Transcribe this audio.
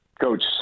Coach